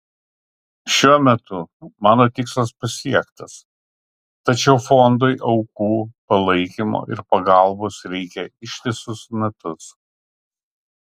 šiuo metu mano tikslas pasiektas tačiau fondui aukų palaikymo ir pagalbos reikia ištisus metus